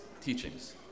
teachings